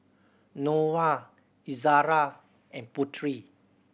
Noah Izara and Putri